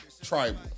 Tribal